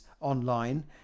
online